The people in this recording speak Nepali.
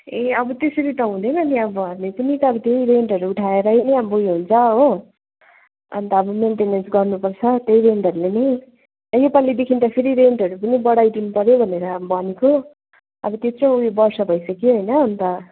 ए अब त्यसरी त हुँदैन नि अब हामीले पनि त त्यही रेन्टहरू उठाएर नै बुई हुन्छ हो अनि त अब मेन्टेनेन्स गर्नुपर्छ त्यही रेन्टहरूले नै यो पालिदेखिन् त फेरि रेन्टहरू पनि बढाइदिनु पर्यो भनेर भनेको अब त्यत्रो ऊ यो वर्ष भइसक्यो हैन अनि त